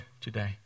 today